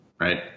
Right